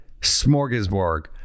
smorgasbord